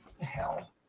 hell